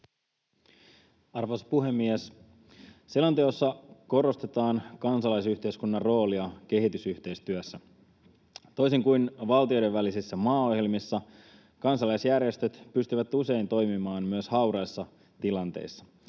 Arvoisa puhemies! Selonteossa korostetaan kansalaisyhteiskunnan roolia kehitysyhteistyössä. Toisin kuin valtioiden välisissä maaohjelmissa kansalaisjärjestöt pystyvät usein toimimaan myös hauraissa tilanteissa.